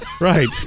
Right